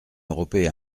européen